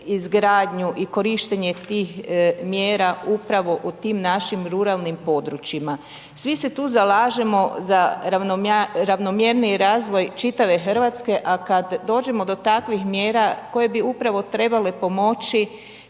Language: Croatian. izgradnju i korištenje tih mjera upravo u tim našim ruralnim područjima. Svi se tu zalažemo za ravnomjerniji razvoj čitave RH, a kad dođemo do takvih mjera koje bi upravo trebale pomoći